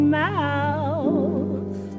mouth